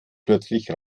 plötzlich